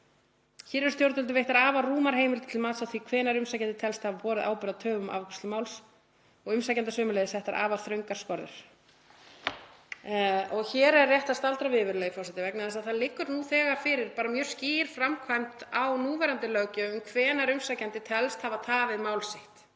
Hér eru stjórnvöldum veittar afar rúmar heimildir til mats á því hvenær umsækjandi telst hafa borið ábyrgð á töfum á afgreiðslu máls og umsækjanda sömuleiðis settar afar þröngar skorður.“ Hér er rétt að staldra við, virðulegi forseti, vegna þess að það liggur nú þegar fyrir mjög skýr framkvæmd á núverandi löggjöf um hvenær umsækjandi telst hafa tafið mál sitt,